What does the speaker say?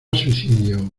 suicidio